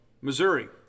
Missouri